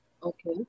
Okay